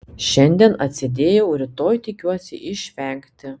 šiandien atsėdėjau rytoj tikiuosi išvengti